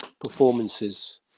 performances